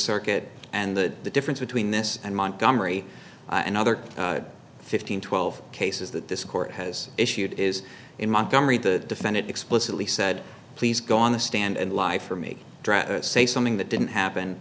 circuit and the difference between this and montgomery and other fifteen twelve cases that this court has issued is in montgomery the defendant explicitly said please go on the stand and lie for me say something that didn't happen